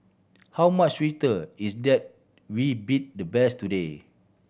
how much sweeter it's that we beat the best today